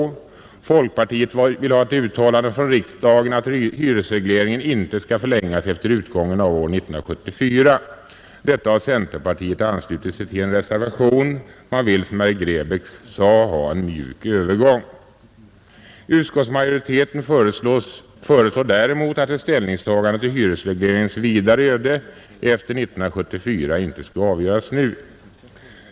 Folkpartiet vill ha ett uttalande från riksdagen om att hyresregleringen inte skall förlängas efter utgången av år 1974. Detta har centerpartiet anslutit sig till i en reservation. Man vill som herr Grebäck sade ha en mjuk övergång. Utskottsmajoriteten föreslår däremot att hyresregleringens vidare öde efter 1974 inte skall avgöras nu.